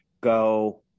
go